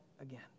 again